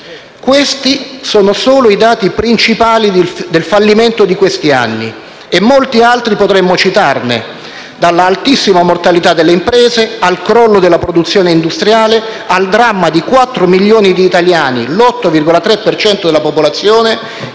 Questi sono solo i dati principali del fallimento di questi anni e molti altri potremmo citarne, dall'altissima mortalità delle imprese al crollo della produzione industriale, al dramma di 4 milioni di italiani (l'8,3 per cento della popolazione)